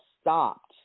stopped